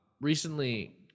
recently